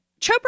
Chopra